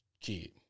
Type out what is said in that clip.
kid